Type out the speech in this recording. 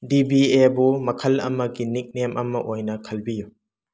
ꯗꯤ B ꯑꯦꯕꯨ ꯃꯈꯜ ꯑꯃꯒꯤ ꯅꯤꯛꯅꯦꯝ ꯑꯃ ꯑꯣꯏꯅ ꯈꯟꯕꯤꯌꯨ